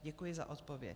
Děkuji za odpověď.